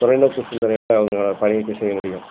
தொலைநோக்கு சிந்தனையோட அவங்கள பயணிக்க செய்ய முடியும்